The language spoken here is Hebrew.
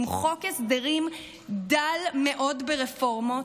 עם חוק הסדרים דל מאוד ברפורמות.